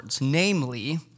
Namely